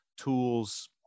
tools